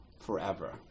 forever